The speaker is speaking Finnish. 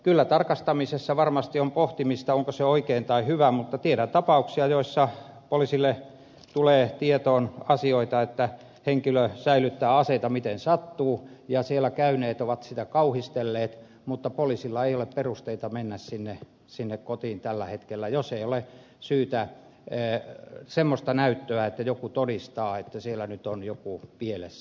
kyllä tarkastamisessa varmasti on pohtimista onko se oikein tai hyvä mutta tiedän tapauksia joissa poliisille tulee tietoon asioita että henkilö säilyttää aseita miten sattuu ja siellä käyneet ovat sitä kauhistelleet mutta poliisilla ei ole perusteita mennä sinne kotiin tällä hetkellä jos ei ole syytä semmoista näyttöä että joku todistaa että siellä nyt on joku pielessä